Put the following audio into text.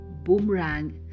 boomerang